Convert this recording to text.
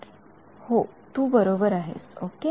तर हा इंसिडेंट हो तू बरोबर आहेस ओके